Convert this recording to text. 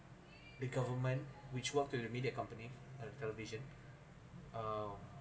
the government which worked through the media company on television um